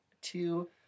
two